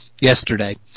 yesterday